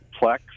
Plex